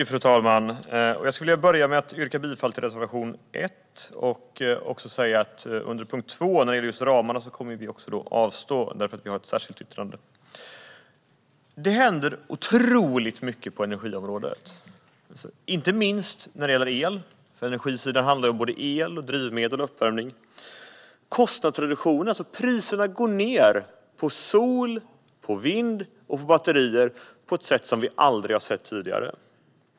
Fru talman! Jag skulle vilja börja med att yrka bifall till reservation 1. Under punkt 2 när det gäller ramarna kommer vi att avstå vid en votering eftersom vi har ett särskilt yttrande. Det händer otroligt mycket på energiområdet, inte minst när det gäller el. Energisidan handlar ju om såväl el som drivmedel och uppvärmning. Det sker en kostnadsreduktion; priserna går ned på sol, vind och batterier på ett sätt som vi aldrig tidigare har sett.